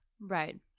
Right